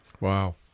Wow